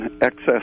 excess